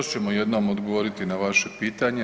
Još ćemo jednom odgovoriti na vaše pitanje.